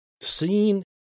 seen